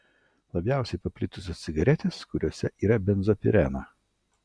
labiausiai paplitusios cigaretės kuriose yra benzpireno